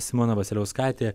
simona vasiliauskaite